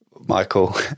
Michael